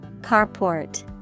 Carport